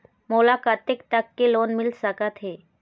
मोला कतेक तक के लोन मिल सकत हे?